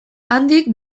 handik